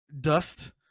dust